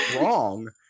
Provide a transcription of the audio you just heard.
wrong